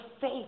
faith